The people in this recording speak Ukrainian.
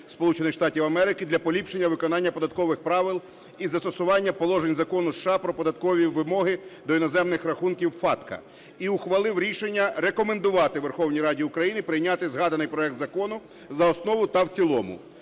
для поліпшення виконання податкових правил і застосування положень Закону США "Про податкові вимоги до іноземних рахунків" (FATCA) і ухвалив рішення рекомендувати Верховній Раді України прийняти згаданий проект закону за основу та в цілому.